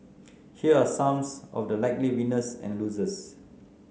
here are some of the likely winners and losers